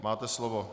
Máte slovo.